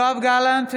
יואב גלנט,